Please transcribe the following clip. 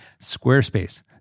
Squarespace